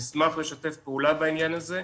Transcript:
נשמח לשתף פעולה בעניין הזה.